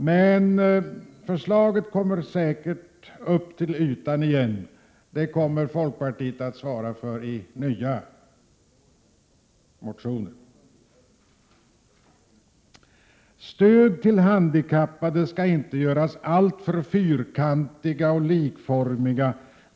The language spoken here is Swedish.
Men förslaget kommer säkert upp till ytan igen — det kommer folkpartiet att svara för i nya motioner. Stöd till handikappade skall inte göras alltför fyrkantiga och likformiga.